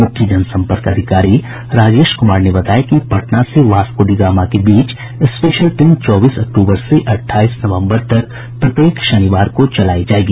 मुख्य जनसंपर्क अधिकारी राजेश कुमार ने बताया कि पटना से बास्कोडिगामा के बीच स्पेशल ट्रेन चौबीस अक्टूबर से अठाईस नवम्बर तक प्रत्येक शनिवार को चलायी जायेगी